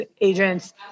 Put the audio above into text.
agents